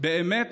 באמת